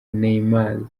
neymar